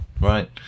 right